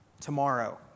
tomorrow